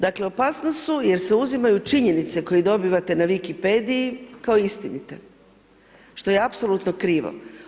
Dakle, opasnost su jer se uzimaju činjenice, koje dobivate na Wikipediji kao istinite, što je apsolutno krivo.